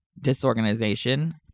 disorganization